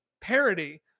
parody